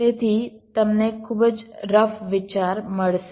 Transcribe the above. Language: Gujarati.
તેથી તમને ખૂબ જ રફ વિચાર મળશે